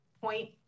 point